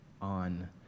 on